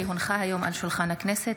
כי הונחו היום על שולחן הכנסת,